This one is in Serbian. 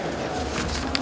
Hvala